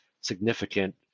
significant